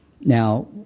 now –